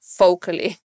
focally